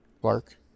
Clark